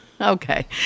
Okay